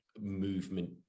Movement